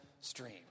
stream